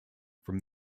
from